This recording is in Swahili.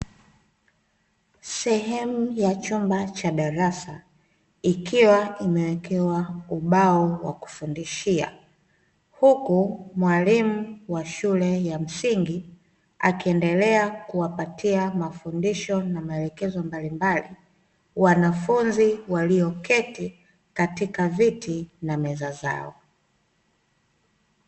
Sehemu ya chumba cha darasa ikiwa imewekewa ubao wa kufundishia, huku mwalimu wa shule ya msingi akiendelea kuwapatia mafundisho na maelekezo mbalimbali wanafunzi walioketi katika viti na meza zao.